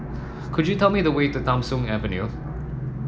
could you tell me the way to Tham Soong Avenue